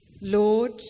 lord